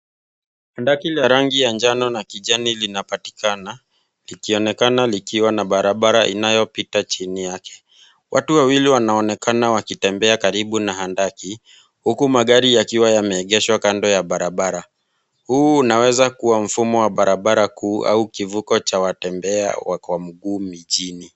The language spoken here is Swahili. Handaki la rangi ya njano na kijani linapatikana, likionekana likiwa na barabara inayopita chini yake. Watu wawili wanaonekana wakitembea karibu na handaki, huku magari yakiwa yameegeshwa kando ya barabara . Huu unaweza kuwa mfumo wa barabara kuu au kivuko cha watembea wa mguu mjini.